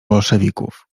bolszewików